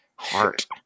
Heart